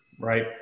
right